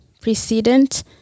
precedent